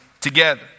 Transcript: together